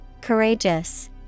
Courageous